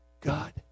God